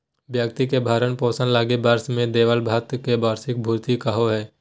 व्यक्ति के भरण पोषण लगी वर्ष में देबले भत्ता के वार्षिक भृति कहो हइ